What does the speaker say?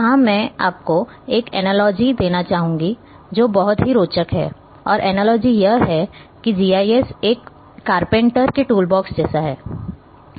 यहाँ मैं आपको एक एनालॉजी देना चाहूंगा जो बहुत ही रोचक है और एनालॉजी यह है कि जीआईएस एक कारपेंटर के टूलबॉक्स जैसा है